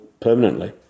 permanently